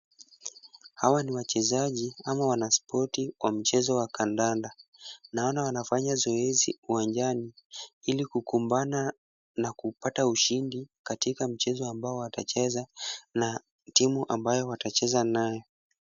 Hawa ni wachezaji ama wanaspoti kwa mchezo wa kandanda. Naona wanafanya zoezi uwanjani ili kukumbana na kupata ushindi katika mchezo ambao watacheza na timu ambayo watacheza nayo.